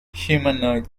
humanoid